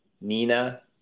Nina